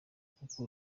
kuko